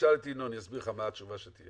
תשאל את ינון, הוא יסביר לך מה התשובה שתהיה.